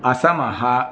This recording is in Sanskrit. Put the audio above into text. असमः